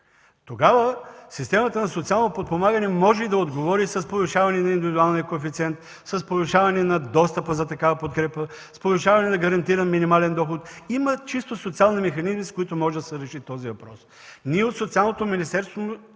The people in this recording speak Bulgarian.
тогава системата на социално подпомагане може и да отговори с повишаване на индивидуалния коефициент, с повишаване на достъпа до такава подкрепа, с повишаване на гарантиран минимален доход. Има чисто социални механизми, с които може да се реши този въпрос. Ние от Социалното министерство